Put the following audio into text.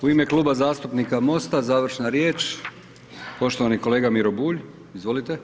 U ime Kluba zastupnika MOST-a završna riječ, poštovani kolega Miro Bulj, izvolite.